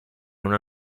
una